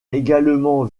également